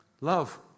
Love